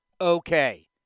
okay